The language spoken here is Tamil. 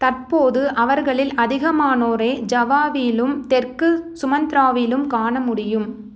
தற்போது அவர்களில் அதிகமானோரை ஜாவாவிலும் தெற்கு சுமந்த்திராவிலும் காண முடியும்